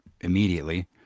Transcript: immediately